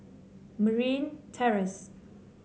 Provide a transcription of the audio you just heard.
Marine Terrace